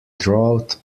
drought